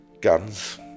guns